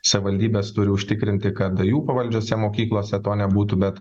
savivaldybės turi užtikrinti kad jų pavaldžiose mokyklose to nebūtų bet